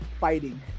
fighting